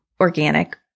organic